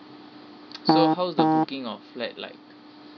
so how the talking of flat like